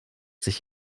sich